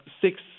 six